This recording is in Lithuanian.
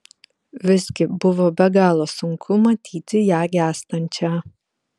visgi buvo be galo sunku matyti ją gęstančią